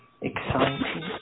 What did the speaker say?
exciting